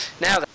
Now